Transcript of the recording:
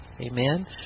Amen